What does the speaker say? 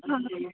हँ